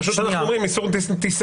פשוט אנחנו אומרים איסור טיסה.